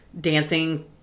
dancing